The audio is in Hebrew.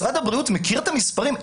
משרד הבריאות מכיר את המספרים.